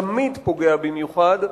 תמיד פוגע במיוחד,